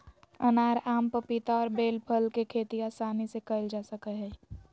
अनार, आम, पपीता और बेल फल के खेती आसानी से कइल जा सकय हइ